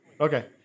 Okay